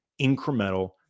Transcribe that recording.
incremental